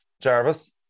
jarvis